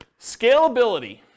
Scalability